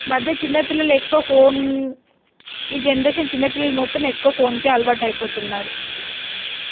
మధ్య చిన్నపిల్లలు ఎక్కువ ఫోన్ ఈ జనరేషన్ చిన్నపిల్లలు మొత్తం ఎక్కువ ఫోన్కే అలవాటు అయిపోతున్నారు